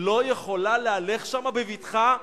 לא יכולה להלך שם בבטחה,